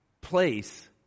place